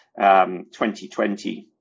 2020